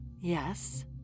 Yes